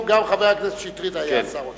גם חבר הכנסת שטרית היה שר האוצר.